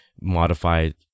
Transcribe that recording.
modified